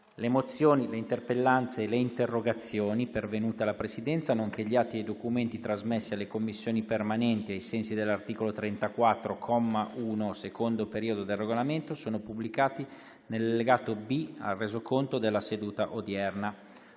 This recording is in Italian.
Le mozioni, le interpellanze e le interrogazioni pervenute alla Presidenza, nonché gli atti e i documenti trasmessi alle Commissioni permanenti ai sensi dell'articolo 34, comma 1, secondo periodo, del Regolamento sono pubblicati nell'allegato B al Resoconto della seduta odierna.